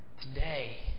today